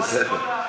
בסדר.